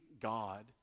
God